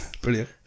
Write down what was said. brilliant